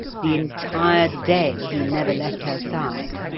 the entire day he never left her side.